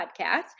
Podcast